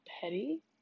petty